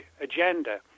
agenda